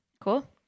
cool